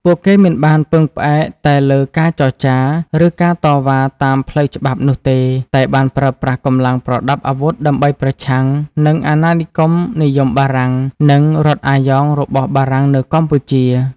ពួកគេមិនបានពឹងផ្អែកតែលើការចរចា ឬការតវ៉ាតាមផ្លូវច្បាប់នោះទេ តែបានប្រើប្រាស់កម្លាំងប្រដាប់អាវុធដើម្បីប្រឆាំងនឹង អាណានិគមនិយមបារាំង និង រដ្ឋអាយ៉ងរបស់បារាំងនៅកម្ពុជា។